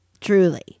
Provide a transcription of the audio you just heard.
Truly